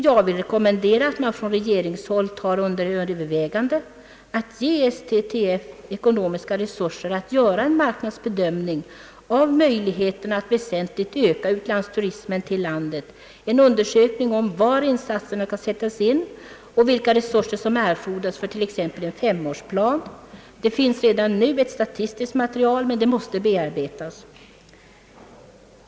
Jag vill rekommendera regeringen att ta under övervägande att ge STTF ekonomiska resurser att göra en marknadsbedömning av möjligheterna att väsentligt öka utlandsturismen till landet, en undersökning om var insatserna skall sättas in och vilka resurser som erfordras för t.ex. en femårsplan. Det finns redan nu ett statistiskt material, men det måste bearbetas.